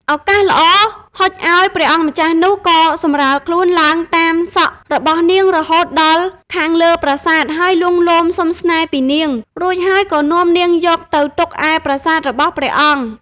ឱកាសល្អហុចឱ្យ ព្រះអង្គម្ចាស់នោះក៏សំរាលខ្លួនឡើងតាមសក់របស់នាងរហូតដល់ខាងលើប្រាសាទហើយលួងលោមសុំស្នេហ៍ពីនាង រួចហើយក៏នាំនាងយកទៅទុកឯប្រាសាទរបស់ព្រះអង្គ ។